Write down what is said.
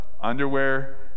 underwear